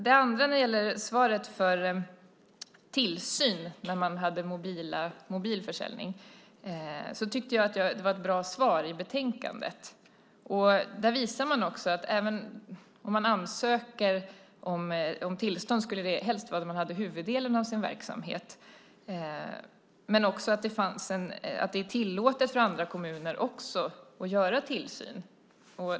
Den andra frågan gällde tillsyn när man hade mobil försäljning. Jag tycker att det var ett bra svar i betänkandet. Där visas också att man helst ska ansöka om tillstånd där man har huvuddelen av sin verksamhet men att det också är tillåtet för andra kommuner att göra tillsyn.